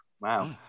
Wow